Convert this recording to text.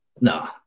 no